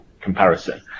comparison